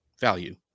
value